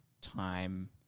time